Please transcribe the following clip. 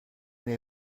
been